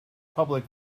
public